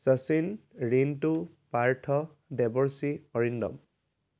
Sushil Rintu Partha Debashree Arindam